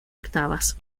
octavas